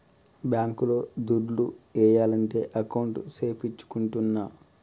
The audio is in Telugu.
బ్యాంక్ లో దుడ్లు ఏయాలంటే అకౌంట్ సేపిచ్చుకుంటాన్న